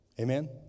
Amen